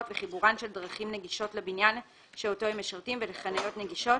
וחיבורן של דרכים נגישות לבניין שאותו הם משרתים ולחניות נגישות,